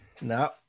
No